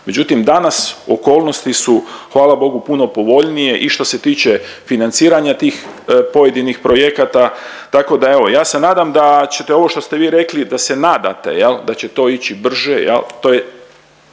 Međutim, danas okolnosti su hvala Bogu puno povoljnije i što se tiče financiranja tih pojedinih projekata. Tako da evo ja se nadam da ćete ovo što ste vi rekli da se nadate da će to ići brže,